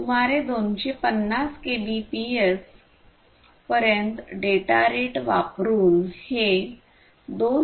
सुमारे 250 kbps KBPS पर्यंत data rate वापरुन हे 2